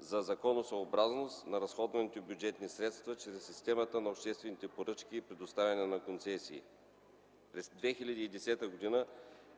за законосъобразност на разходваните бюджетни средства чрез системата на обществените поръчки и предоставянето на концесии. През 2010 г.